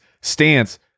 stance